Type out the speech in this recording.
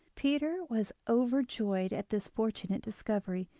peter was overjoyed at this fortunate discovery,